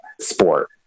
sport